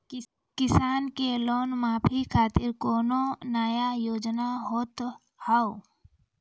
किसान के लोन माफी खातिर कोनो नया योजना होत हाव?